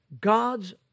God's